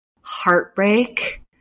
heartbreak